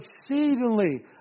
exceedingly